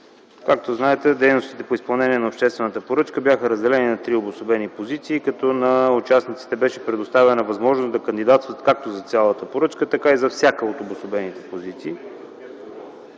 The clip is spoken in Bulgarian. Както знаете, дейностите по изпълнението на обществената поръчка бяха разделени на три обособени позиции, като на участниците беше предоставена възможност да кандидатстват, както за цялата поръчка, така и за всяка от обособените позиции,